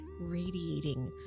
radiating